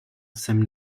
jsem